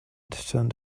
turned